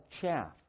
chaff